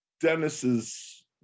Dennis's